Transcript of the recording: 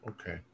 Okay